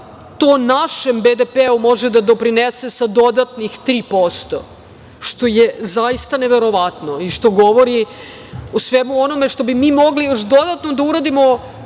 to našem BDP-u može da doprinese sa dodatnih 3%, što je zaista neverovatno i što govori o svemu onome što bi mi mogli još dodatno da uradimo